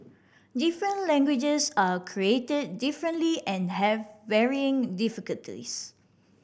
different languages are created differently and have varying difficulties